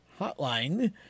hotline